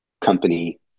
company